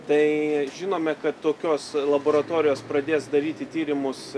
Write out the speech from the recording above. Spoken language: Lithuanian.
tai žinome kad tokios laboratorijos pradės daryti tyrimus